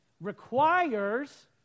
requires